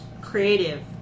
creative